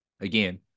Again